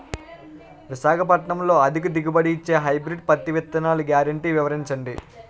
విశాఖపట్నంలో అధిక దిగుబడి ఇచ్చే హైబ్రిడ్ పత్తి విత్తనాలు గ్యారంటీ వివరించండి?